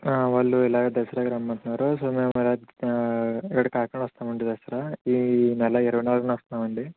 వాళ్ళు ఇలా దసరాకి రమ్మంటున్నారు సో మేము ఇక్కడ కాకినాడ వస్తామండి దసరా ఈ నెల ఇరవై నాలుగున వస్తున్నామండి